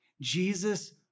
Jesus